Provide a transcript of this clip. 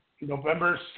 November